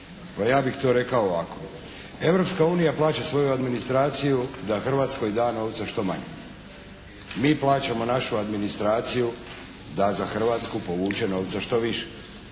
pa ja bih to rekao ovako. Europska unija plaća svoju administraciju da Hrvatskoj da novca što manje. Mi plaćamo našu administraciju da za Hrvatsku povuče novca što više.